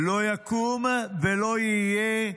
לא יקום ולא יהיה.